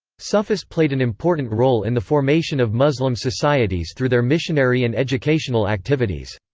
sufis played an important role in the formation of muslim societies through their missionary and educational activities.